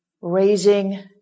raising